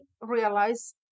realize